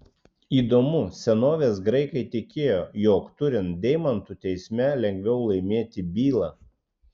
įdomu senovės graikai tikėjo jog turint deimantų teisme lengviau laimėti bylą